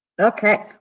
Okay